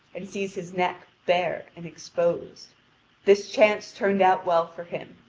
and sees his neck bare and exposed this chance turned out well for him.